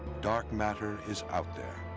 dark matter is out there.